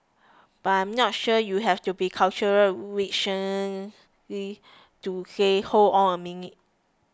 but I'm not sure you have to be cultural to say hold on a minute